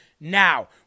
now